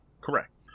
Correct